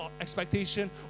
expectation